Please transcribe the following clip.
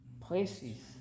places